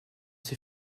ses